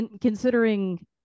Considering